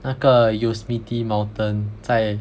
那个 Yosemite mountain 在